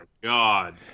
God